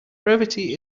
brevity